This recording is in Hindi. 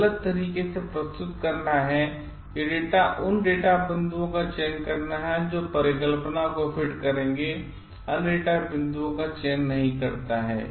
यह केवल उन डेटा बिंदुओं का चयन करना है जो परिकल्पना को फिट करेंगे और अन्य डेटा बिंदुओं का चयन नहीं करता है